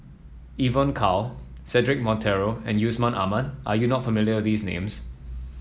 Evon Kow Cedric Monteiro and Yusman Aman are you not familiar these names